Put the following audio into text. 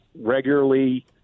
regularly